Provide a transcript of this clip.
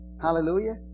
Hallelujah